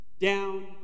down